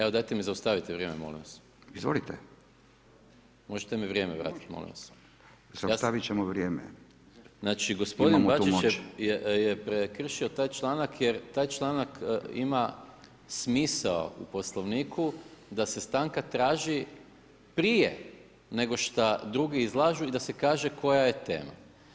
Evo dajte mi zaustavite vrijeme molim vas [[Upadica Radin: Izvolite.]] Možete mi vrijeme vratiti molim vas? [[Upadica Radin: Zaustaviti ćemo vrijeme, imamo tu moć.]] Znači gospodin Bačić je prekršio taj članak jer taj članak ima smisao u Poslovniku da se stanka traži prije nego šta drugi izlažu i da se kaže koja je tema.